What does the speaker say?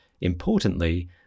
Importantly